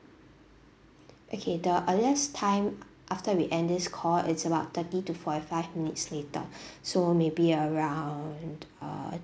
okay the earliest time after we end this call it's about thirty to forty five minutes later so maybe around err